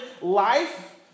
life